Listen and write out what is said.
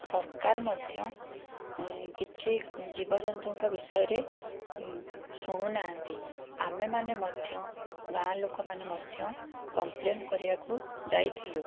ସରକାର ମଧ୍ୟ କିଛି ଜୀବଜନ୍ତୁଙ୍କ ବିଷୟରେ ଶୁଣୁ ନାହାଁନ୍ତି ଆମେମାନେ ମଧ୍ୟ ଗାଁ ଲୋକମାନେ ମଧ୍ୟ କମ୍ପ୍ଲେନ୍ କରିବାକୁ ଯାଇଥିଲୁ